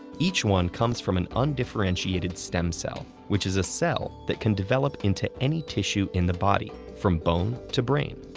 each one comes from an undifferentiated stem cell, which is a cell that can develop into any tissue in the body, from bone to brain.